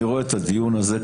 אני רואה כאן תהליך